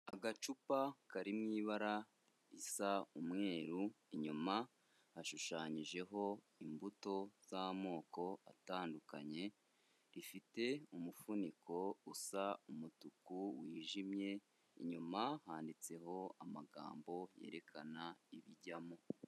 Agacupa kari mu ibara risa umweru, inyuma hashushanyijeho imbuto z'amoko atandukanye, rifite umufuniko usa umutuku wijimye, inyuma handitseho amagambo yerekana ibijyamo.